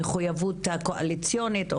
מחוייבות קואליציונית,